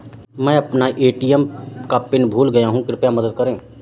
मै अपना ए.टी.एम का पिन भूल गया कृपया मदद करें